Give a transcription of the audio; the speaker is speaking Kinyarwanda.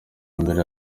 mbere